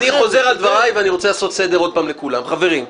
אני חוזר על דבריי ואני רוצה לעשות סדר עוד פעם לכולם: חברים,